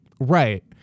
Right